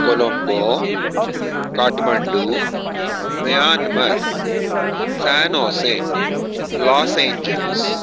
Colombo Kathmandu Myanmar San Jose Los Angeles